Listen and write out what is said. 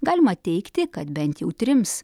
galima teigti kad bent jau trims